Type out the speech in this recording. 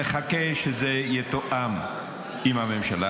נחכה שזה יתואם עם הממשלה,